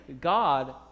God